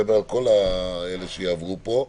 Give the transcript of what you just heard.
אני מדבר על כל אלה שיעברו פה,